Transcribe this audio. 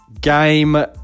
game